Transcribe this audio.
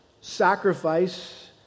sacrifice